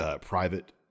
Private